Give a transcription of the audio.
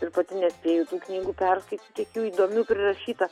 ir pati nespėju tų knygų perskaityti kiek jų įdomių prirašyta